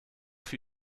für